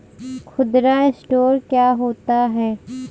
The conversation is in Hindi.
खुदरा स्टोर क्या होता है?